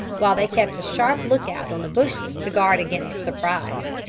while they kept a sharp look out on the bushes to guard against surprise.